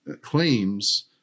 claims